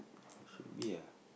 should be ah